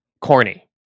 corny